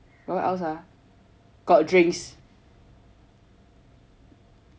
what else ah got drinks